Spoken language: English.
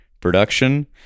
production